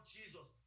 Jesus